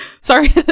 sorry